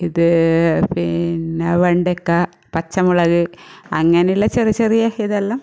ഇത് പിന്നെ വെണ്ടയ്ക്ക പച്ചമുളക് അങ്ങനെയുള്ള ചെറിയ ചെറിയ ഇതെല്ലാം